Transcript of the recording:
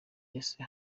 ese